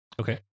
Okay